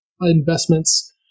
investments